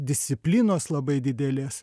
disciplinos labai didelės